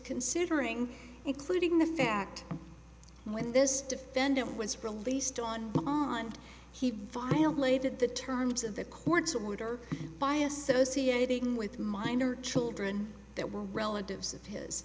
considering including the fact when this defendant was released on bond he violated the terms of the court's order by associating with minor children that were relatives of his